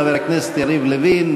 חבר הכנסת יריב לוין,